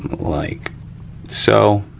like so,